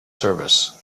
service